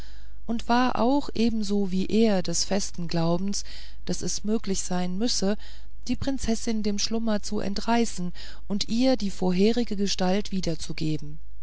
und war auch ebenso wie er des festen glaubens daß es möglich sein müsse die prinzessin dem schlummer zu entreißen und ihr die vorige gestalt wiederzugeben